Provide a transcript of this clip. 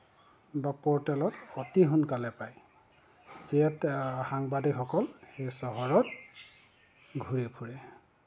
বা পৰ্টেলত অতি সোনকালে পায় ইয়াত সাংবাদিকসকল এই চহৰত ঘূৰি ফুৰে